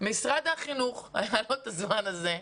משרד החינוך, אין לו את הזמן הזה.